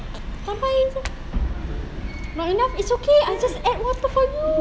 tambah air jer not enough it's okay I'll just add water for you